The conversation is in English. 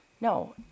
No